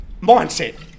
mindset